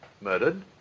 Murdered